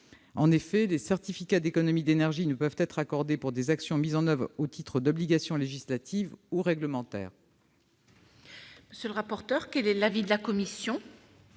En effet, les certificats d'énergie ne peuvent être accordés pour des actions mises en oeuvre au titre d'obligations législatives ou réglementaires. Quel est l'avis de la commission ?